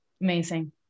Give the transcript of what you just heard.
Amazing